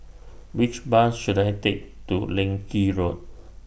Which Bus should I Take to Leng Kee Road